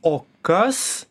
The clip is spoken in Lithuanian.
o kas